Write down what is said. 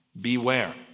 Beware